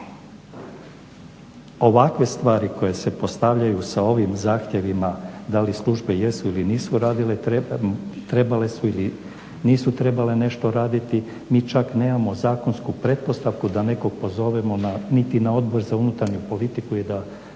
ovakve stvari koje se postavljaju sa ovim zahtjevima da li službe jesu ili nisu radile, trebale su ili nisu trebale nešto raditi. Mi čak nemamo zakonsku pretpostavku da nekog pozovemo na, niti na Odbor za unutarnju politiku i da